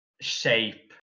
shape